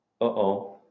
Uh-oh